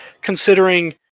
considering